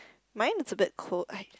mine it's a bit cold I